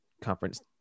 Conference